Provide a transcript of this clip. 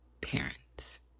parents